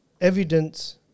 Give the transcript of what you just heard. Evidence